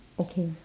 okay